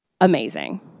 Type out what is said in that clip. Amazing